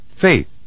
Faith